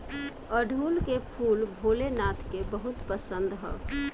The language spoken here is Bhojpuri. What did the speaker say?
अढ़ऊल फूल भोले नाथ के बहुत पसंद ह